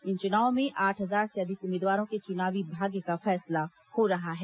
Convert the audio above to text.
इन चुनावों में आठ हजार से अधिक उम्मीदवारों के चुनावी भाग्य का फैसला हो रहा है